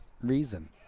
reason